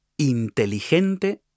inteligente